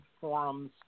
forums